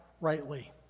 rightly